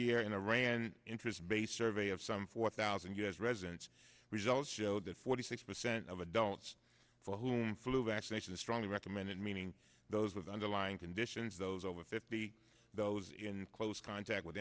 year in iran interest based survey of some four thousand u s residents results show that forty six percent of adults for whom flu vaccination is strongly recommended meaning those with underlying conditions those over fifty those in close contact with